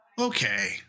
okay